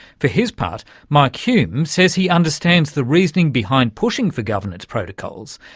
for his part, mike hulme says he understands the reasoning behind pushing for governance protocols,